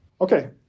Okay